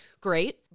Great